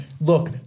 look